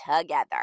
together